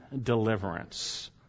deliverance